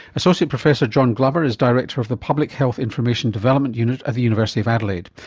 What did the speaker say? associate professor john glover is director of the public health information development unit at the university of adelaide.